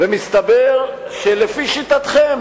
ומסתבר שלפי שיטתכם,